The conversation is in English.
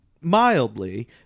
mildly